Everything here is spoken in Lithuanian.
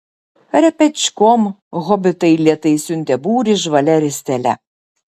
repečkom hobitai lėtai siuntė būrį žvalia ristele